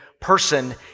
person